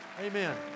Amen